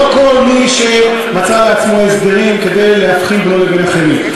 לא כל מי שמצא לעצמו הסדרים כדי להבחין בינו לבין אחרים.